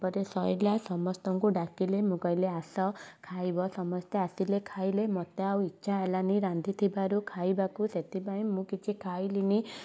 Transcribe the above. ତାପରେ ସଇଲା ସମସ୍ତଙ୍କୁ ଡାକିଲି ମୁଁ କହିଲି ଆସ ଖାଇବ ସମସ୍ତେ ଆସିଲେ ଖାଇଲେ ମତେ ଆଉ ଇଚ୍ଛା ହେଲାନି ରାନ୍ଧି ଥିବାରୁ ଖାଇବାକୁ ସେଥିପାଇଁ ମୁଁ କିଛି ଖାଇଲିନି